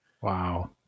Wow